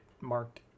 marked